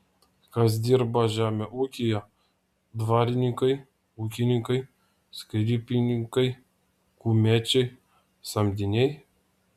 kas dirba žemę ūkyje dvarininkai ūkininkai sklypininkai kumečiai samdiniai